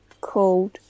called